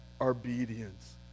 obedience